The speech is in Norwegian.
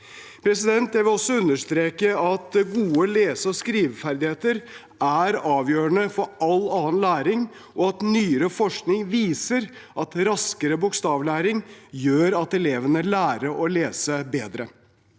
læring. Jeg vil også understreke at gode lese- og skriveferdigheter er avgjørende for all annen læring, og at nyere forskning viser at raskere bokstavlæring gjør at elevene lærer å lese bedre.